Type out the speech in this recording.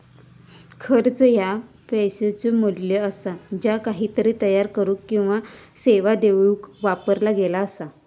खर्च ह्या पैशाचो मू्ल्य असा ज्या काहीतरी तयार करुक किंवा सेवा देऊक वापरला गेला असा